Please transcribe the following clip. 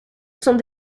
sont